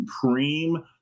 supreme